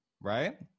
right